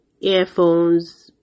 earphones